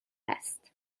است